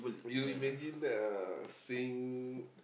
you imagine uh seeing